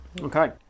Okay